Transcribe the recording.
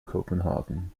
copenhagen